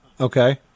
Okay